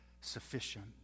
sufficient